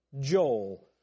Joel